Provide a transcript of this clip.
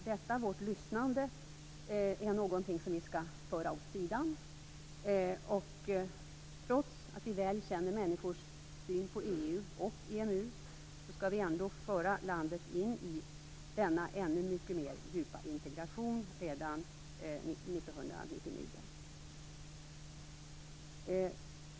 Detta vårt lyssnande är något som vi skall föra åt sidan, menar de, och trots att vi väl känner människors syn på EU och EMU skall vi alltså föra landet in i denna ännu mycket mer djupa integration redan 1999.